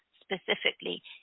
specifically